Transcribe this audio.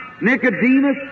Nicodemus